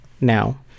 now